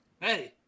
Hey